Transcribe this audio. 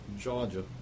Georgia